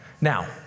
Now